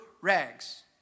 rags